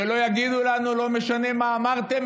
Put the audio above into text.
שלא יגידו לנו: לא משנה מה אמרתם,